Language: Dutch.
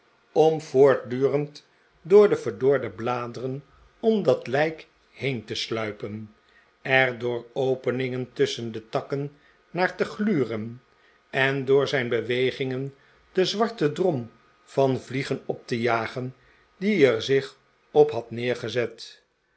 om voortdurend door de verdorde bladeren om dat lijk heen te sluipen er door openingen tusschen de takken naar te gluren en door zijn bewegingen den zwarten drom van vliegen op te jagen die er zich op had neergezet